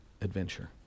adventure